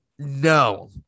no